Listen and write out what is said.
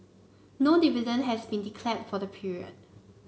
no dividend has been declared for the period